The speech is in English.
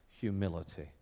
humility